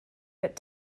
but